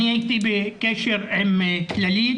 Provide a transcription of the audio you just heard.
אני הייתי בקשר עם יורם מהכללית,